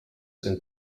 and